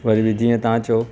वरी जीअं तव्हां चओ